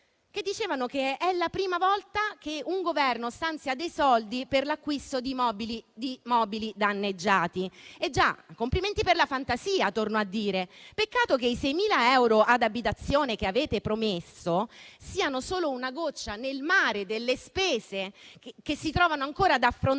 che dicevano che è la prima volta che un Governo stanzia dei soldi per l'acquisto di mobili danneggiati. Eh già, complimenti per la fantasia, torno a dire. Peccato che i 6.000 euro ad abitazione che avete promesso siano solo una goccia nel mare rispetto alle spese che si trovano ancora ad affrontare